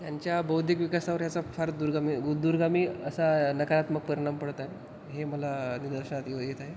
त्यांच्या बौद्धिक विकासावर याचा फार दूरगामी दूरगामी असा नकारात्मक परिणाम पडत आहे हे मला निदर्शनात दि येत आहे